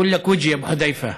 כולך פנים, אבו חוד'ייפה,